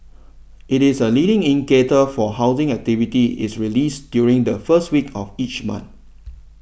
it is a leading indicator for housing activity is released during the first week of each month